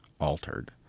altered